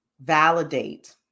validate